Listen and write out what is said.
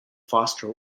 foster